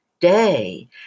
day